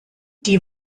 die